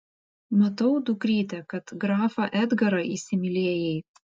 matau dukryte kad grafą edgarą įsimylėjai